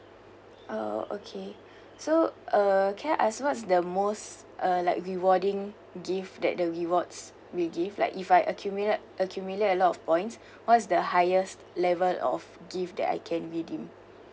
oh okay so uh can I ask what's the most uh like rewarding gift that the rewards will give like if I accumulate accumulate a lot of points what is the highest level of gift that I can redeem